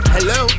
Hello